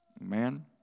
Amen